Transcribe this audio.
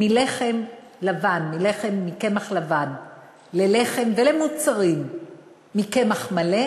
מלחם לבן, מלחם מקמח לבן ללחם ולמוצרים מקמח מלא,